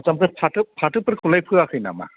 आथसा बे फाथो फाथोफोरखौलाय फोयाखै नामा